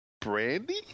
Brandy